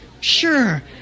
Sure